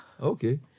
Okay